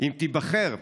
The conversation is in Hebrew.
"אם תיבחר,